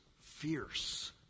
fierce